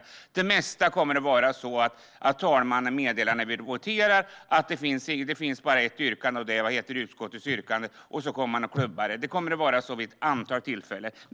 Det mesta kommer att gå till så att herr talmannen under voteringen meddelar att det bara finns ett yrkande och att det är utskottets förslag. Sedan kommer detta att klubbas igenom. Så här kommer det att gå till vid ett antal tillfällen.